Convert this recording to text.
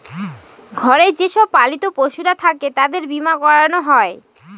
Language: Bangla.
ঘরে যে সব পালিত পশুরা থাকে তাদের বীমা করানো হয়